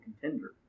contender